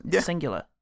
singular